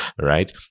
right